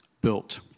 built